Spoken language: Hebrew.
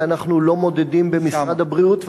ואנחנו לא מודדים במשרד הבריאות,